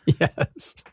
Yes